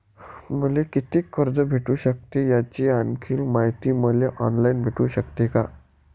मले कितीक कर्ज भेटू सकते, याची आणखीन मायती मले ऑनलाईन भेटू सकते का?